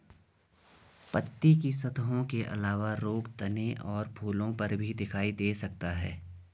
पत्ती की सतहों के अलावा रोग तने और फूलों पर भी दिखाई दे सकता है